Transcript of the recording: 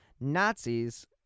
Nazis